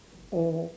oh